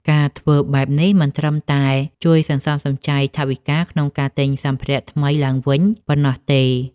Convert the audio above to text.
ការធ្វើបែបនេះមិនត្រឹមតែជួយសន្សំសំចៃថវិកាក្នុងការទិញសម្ភារៈថ្មីឡើងវិញប៉ុណ្ណោះទេ។